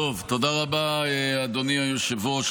תודה רבה, אדוני היושב-ראש.